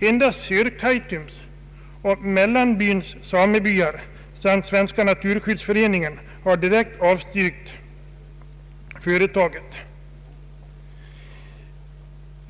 Endast Sörkaitums och Mellanbyns samebyar samt Svenska naturskyddsföreningen har direkt avstyrkt företaget.